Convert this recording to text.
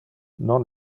non